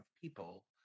people